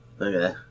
Okay